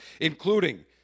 including